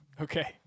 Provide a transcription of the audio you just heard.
Okay